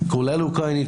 כולל אוקראינית,